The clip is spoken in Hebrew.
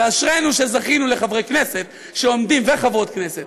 ואשרינו שזכינו לחברי כנסת וחברות כנסת